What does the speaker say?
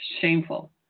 Shameful